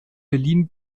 berlin